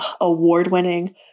award-winning